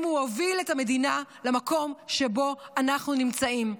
הוא הוביל את המדינה למקום שבו אנחנו נמצאים.